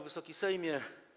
Wysoki Sejmie!